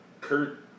Kurt